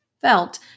felt